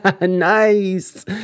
Nice